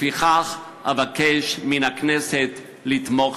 לפיכך אבקש מן הכנסת לתמוך